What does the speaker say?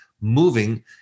moving